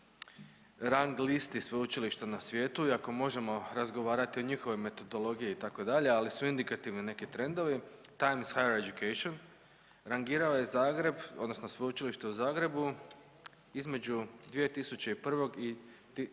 rang listi sveučilišta na svijetu i ako možemo razgovarati o njihovoj metodologiji itd. Ali su indikativni neki trendovi. Times …/Govornik se ne razumije./… education rangirao je Zagreb odnosno sveučilište u Zagrebu između 2001.,